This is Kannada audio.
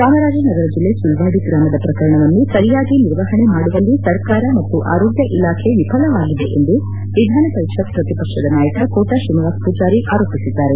ಜಾಮರಾಜನಗರ ಜಿಲ್ಲೆ ಸುಳ್ವಾಡಿ ಗ್ರಾಮದ ಪ್ರಕರಣವನ್ನು ಸರಿಯಾಗಿ ನಿರ್ವಪಣೆ ಮಾಡುವಲ್ಲಿ ಸರ್ಕಾರ ಮತ್ತು ಆರೋಗ್ಯ ಇಲಾಖೆ ವಿಫಲವಾಗಿದೆ ಎಂದು ವಿಧಾನ ಪರಿಷತ್ ಪ್ರತಿಪಕ್ಷದ ನಾಯಕ ಕೋಟಾ ಶ್ರೀನಿವಾಸ್ ಮೂಜಾರಿ ಆರೋಪಿಸಿದ್ದಾರೆ